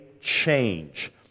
change